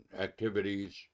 activities